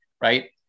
right